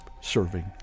serving